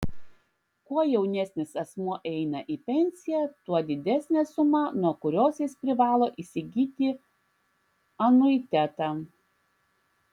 kuo jaunesnis asmuo eina į pensiją tuo didesnė suma nuo kurios jis privalo įsigyti anuitetą